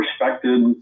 respected